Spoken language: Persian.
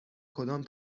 کدام